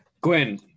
Gwen